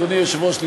אדוני היושב-ראש,